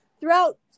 throughout